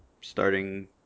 starting